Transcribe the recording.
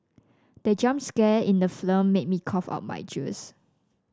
the jump scare in the film made me cough out my juice